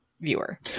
viewer